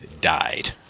died